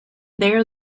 there